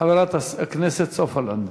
חברת הכנסת סופה לנדבר.